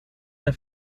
der